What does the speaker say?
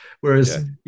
Whereas